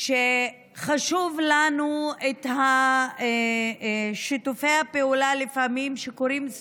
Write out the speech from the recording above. שחשובים לנו שיתופי הפעולה שקורים לפעמים